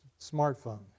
smartphone